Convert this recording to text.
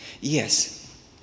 Yes